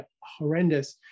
horrendous